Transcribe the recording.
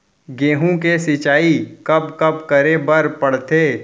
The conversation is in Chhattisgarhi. गेहूँ के सिंचाई कब कब करे बर पड़थे?